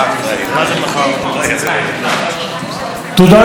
תודה לך, אדוני היושב-ראש.